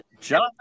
John